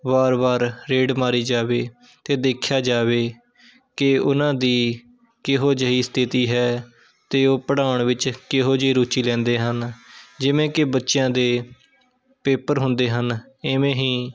ਵਾਰ ਵਾਰ ਰੇਡ ਮਾਰੀ ਜਾਵੇ ਅਤੇ ਦੇਖਿਆ ਜਾਵੇ ਕਿ ਉਹਨਾਂ ਦੀ ਕਿਹੋ ਜਿਹੀ ਸਥਿਤੀ ਹੈ ਅਤੇ ਉਹ ਪੜ੍ਹਾਉਣ ਵਿੱਚ ਕਿਹੋ ਜਿਹੀ ਰੁਚੀ ਲੈਂਦੇ ਹਨ ਜਿਵੇਂ ਕਿ ਬੱਚਿਆਂ ਦੇ ਪੇਪਰ ਹੁੰਦੇ ਹਨ ਇਵੇਂ ਹੀ